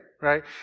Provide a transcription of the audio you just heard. right